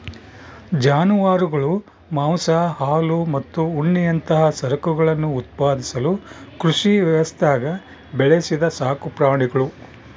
ಜಾನುವಾರುಗಳು ಮಾಂಸ ಹಾಲು ಮತ್ತು ಉಣ್ಣೆಯಂತಹ ಸರಕುಗಳನ್ನು ಉತ್ಪಾದಿಸಲು ಕೃಷಿ ವ್ಯವಸ್ಥ್ಯಾಗ ಬೆಳೆಸಿದ ಸಾಕುಪ್ರಾಣಿಗುಳು